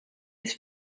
his